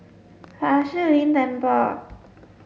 Fa Shi Lin Temple